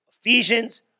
Ephesians